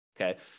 Okay